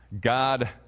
God